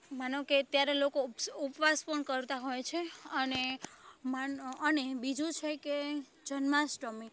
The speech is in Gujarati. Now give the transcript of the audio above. માનો કે ત્યારે લોકો ઉપવાસ પણ કરતા હોય છે અને અને બીજું છે કે જન્માષ્ટમી